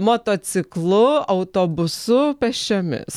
motociklu autobusu pėsčiomis